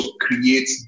create